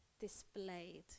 displayed